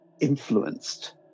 influenced